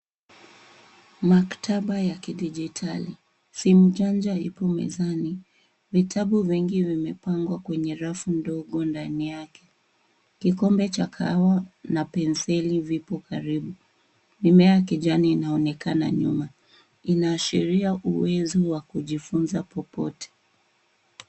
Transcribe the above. Maktaba ya kidijitali. Simu janja ipo mezani. Vitabu vingi vimepangwa kwenye rafu ndogo ndani yake. Kikombe cha kahawa na penseli vipo karibu. Mimea ya kijani inaonekana nyuma. Inaashiria uwezo wa kujifunza popote.